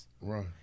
Right